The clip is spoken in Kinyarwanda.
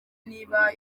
niba